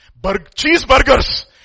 cheeseburgers